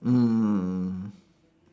mm